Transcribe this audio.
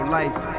life